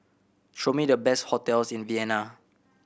show me the best hotels in Vienna